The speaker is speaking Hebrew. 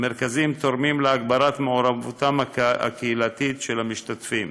המרכזים תורמים להגברת מעורבותם הקהילתית של המשתתפים.